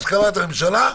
בהסכמת הממשלה,